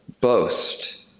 boast